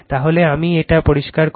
তাহলে আমি এটা পরিষ্কার করি